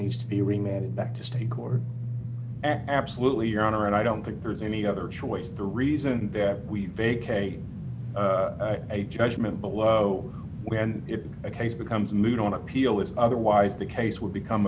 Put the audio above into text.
needs to be remanded back to stake or absolutely your honor and i don't think there's any other choice the reason that we vacate a judgment below when a case becomes moot on appeal is otherwise the case would become